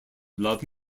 love